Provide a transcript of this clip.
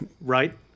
right